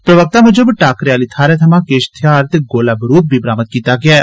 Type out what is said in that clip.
प्रवक्ता मुजब टाक्करे आहली थाहरै थमां किश थेहार ते गोला बारूद बी बरामद कीता गेआ ऐ